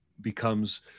becomes